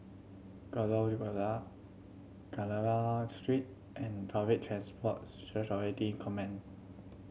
Kandahar Street and Public Transport Command